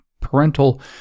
parental